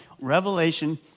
Revelation